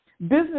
Business